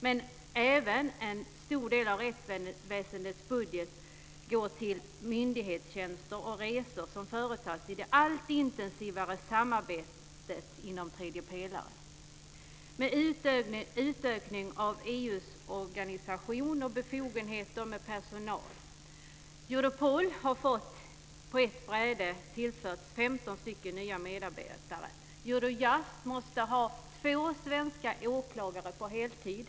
Men även en stor del av rättsväsendets budget går till myndighetstjänster och resor som företas i det allt intensivare samarbetet inom tredje pelaren, med utökningen av EU:s organisation och befogenheter med personal. Europol har på ett bräde tillförts 15 nya medarbetare. Eurojust måste ha två svenska åklagare på heltid.